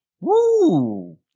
Woo